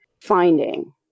finding